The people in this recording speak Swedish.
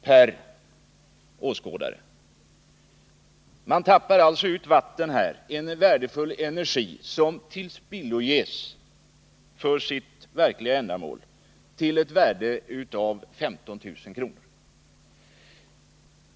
Man tappar här alltså ut vatten — en värdefull energi som tillspilloges för sitt egentliga ändamål — till ett värde av 15 000 kr. per åskådare.